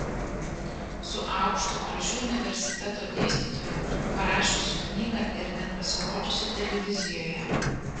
su aukštu gražiu universiteto dėstytoju parašiusiu knygą ir net pasirodžiusiu televizijoje